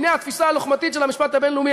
דיני התפיסה הלוחמתית של המשפט הבין-לאומי,